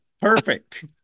perfect